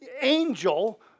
angel